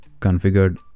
configured